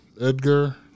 Edgar